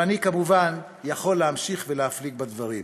ואני, כמובן, יכול להמשיך ולהפליג בדברים.